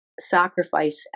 sacrifice